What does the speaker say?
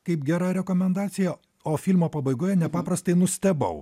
kaip gera rekomendacija o filmo pabaigoje nepaprastai nustebau